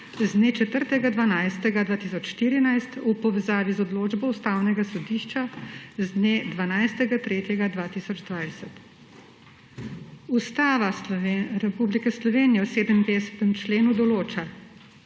z dne 4. 12. 2014 v povezavi z odločbo Ustavnega sodišča z dne 12. 3. 2020. Ustava Republike Slovenije v 57. členu določa: